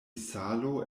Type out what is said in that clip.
salo